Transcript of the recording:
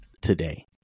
today